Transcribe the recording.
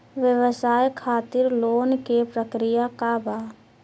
व्यवसाय खातीर लोन के प्रक्रिया का बा?